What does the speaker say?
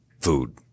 food